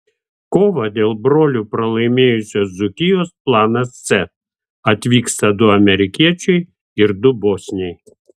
kovą dėl brolių pralaimėjusios dzūkijos planas c atvyksta du amerikiečiai ir du bosniai